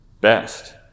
best